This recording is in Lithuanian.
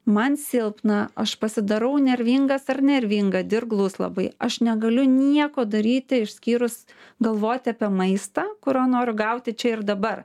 man silpna aš pasidarau nervingas ar nervinga dirglus labai aš negaliu nieko daryti išskyrus galvoti apie maistą kurio noriu gauti čia ir dabar